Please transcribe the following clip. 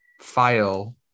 file